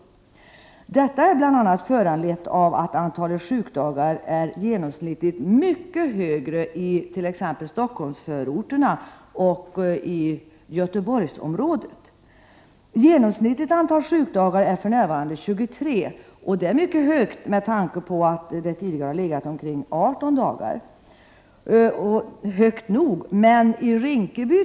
Detta har föranletts bl.a. av att antalet sjukdagar genomsnittligt är mycket högre i t.ex. Stockholmsförorterna och Göteborgsområdet än i riket i övrigt. Antalet sjukdagar i Sverige är i genomsnitt 23 per år. Det är mycket högt. Tidigare har det legat på omkring 18 dagar per år, vilket är högt nog.